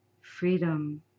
Freedom